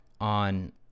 on